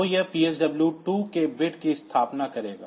तो यह PSW 2 के बिट की स्थापना करेगा